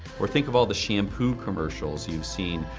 or think of all the shampoo commercials you've seen,